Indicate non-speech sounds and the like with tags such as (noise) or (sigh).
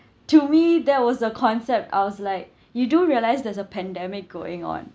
(breath) to me there was a concept I was like (breath) you do realise there's a pandemic going on